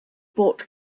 bought